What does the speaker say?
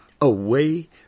away